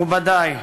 מכובדי,